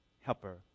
helper